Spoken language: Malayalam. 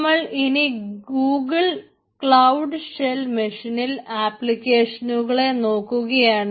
നമ്മൾ ഇനി ഗൂഗിൾ ക്ലൌഡ് ഷെൽ മെഷീനിൽ ആപ്ലിക്കേഷനുകളെ നോക്കുകയാണ്